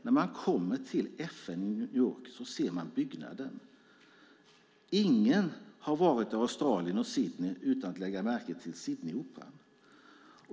När man kommer till New York ser man FN-byggnaden. Ingen har varit i Australien och Sydney utan att ha lagt märke till Sydneyoperan.